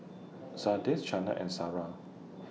Sanders Chaney and Sarrah